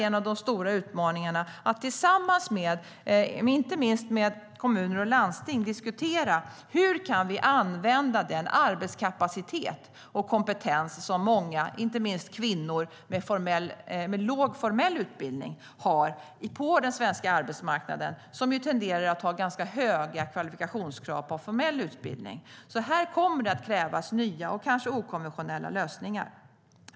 En av de stora utmaningarna är att tillsammans med kommuner och landsting diskutera hur vi kan använda den arbetskapacitet och kompetens som många, inte minst kvinnor med låg formell utbildning, har på den svenska arbetsmarknaden, som tenderar att ha ganska höga kvalifikationskrav när det gäller formell utbildning. Det kommer att krävs nya och kanske okonventionella lösningar.